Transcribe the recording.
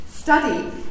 Study